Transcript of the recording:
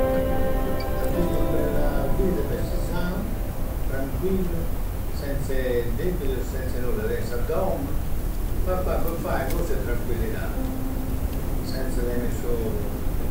A bivvi ua bella vida depp'essi sanu, tranquillu, senze deppidus e senze nudda. Tei sa dommu, pappai, buffai. Cussa è tranquillidadi. Senze tenni su.